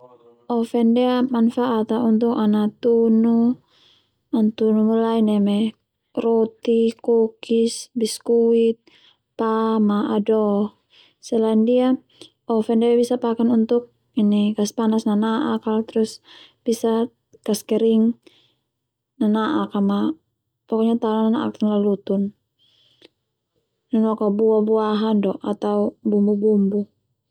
Oven ndia manfaat untuk ana tunu ana tunu mulai neme roti kokis biskuit pa ma Ado, selain ndia oven ndia paken untuk kas panas nana'ak al terus bisa kas kering nana'ak pokoknya Tao na nana'ak ta nalutun nanoka buah-buahan do atau bumbu-bumbu.